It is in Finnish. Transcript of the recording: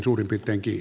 olkaa hyvä